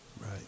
right